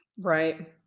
Right